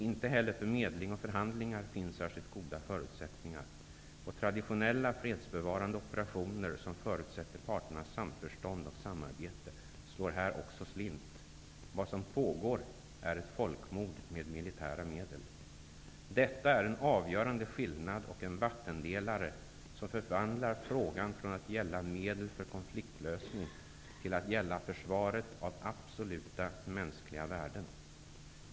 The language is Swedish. Inte heller för medling och förhandlingar finns särskilt goda förutsättningar -- och traditionella fredsbevarande operationer, som förutsätter parternas samförstånd och samarbete, slår här också slint.- - Vad som pågår är ett folkmord med militära medel.'' Vidare står det: ''Detta är en avgörande skillnad och en vattendelare, som förvandlar frågan från att gälla medel för konfliktlösning till att gälla försvaret av absoluta mänskliga värden.